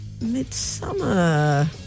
Midsummer